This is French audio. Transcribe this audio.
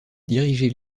dirigé